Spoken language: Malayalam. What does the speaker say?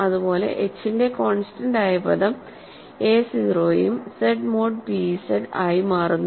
അതുപോലെ h ന്റെ കോൺസ്റ്റന്റ് ആയ പദം എ 0 ഉം Z മോഡ് p Z ആയി മാറുന്നു